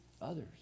others